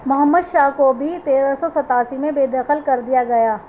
محمد شاہ کو بھی تیرہ سو ستاسی میں بے دخل کر دیا گیا